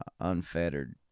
unfettered